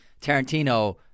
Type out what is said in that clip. Tarantino